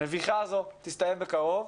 המביכה הזאת תסתיים בקרוב.